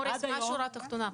מוריס, מה השורה התחתונה?